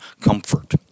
comfort